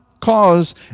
Cause